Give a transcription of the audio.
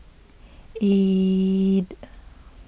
eight